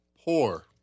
poor